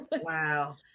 Wow